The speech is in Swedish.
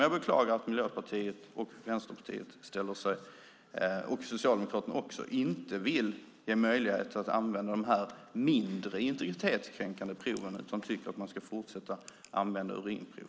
Jag beklagar att Miljöpartiet, Vänsterpartiet och Socialdemokraterna inte vill ge möjlighet att använda de mindre integritetskränkande proven, utan tycker att man ska fortsätta att använda urinprov.